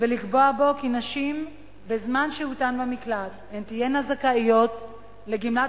ולקבוע בו כי נשים תהיינה זכאיות לגמלת